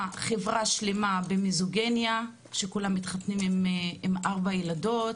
חברה שלמה במיזוגיניה שכולם מתחתנים עם ארבע ילדות.